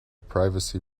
privacy